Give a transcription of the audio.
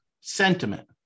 sentiment